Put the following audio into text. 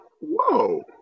whoa